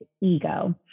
ego